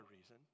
reason